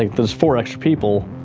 like there's four extra people,